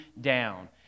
down